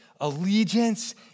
allegiance